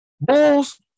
Bulls